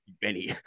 Benny